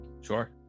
Sure